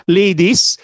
ladies